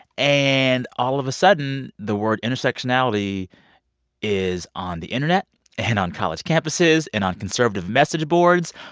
and all of a sudden, the word intersectionality is on the internet and on college campuses and on conservative message boards.